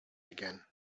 again